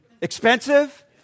Expensive